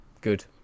Good